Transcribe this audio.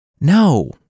No